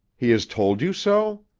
he has told you so?